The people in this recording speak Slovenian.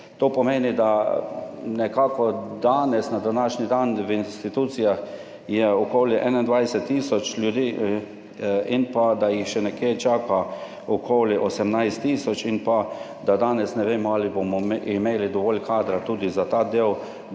to pomeni, da nekako danes, na današnji dan. V institucijah je okoli 21 tisoč ljudi, in pa da jih še nekje čaka okoli 18 tisoč in pa da danes ne vemo, ali bomo imeli dovolj kadra tudi za ta del